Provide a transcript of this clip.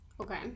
Okay